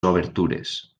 obertures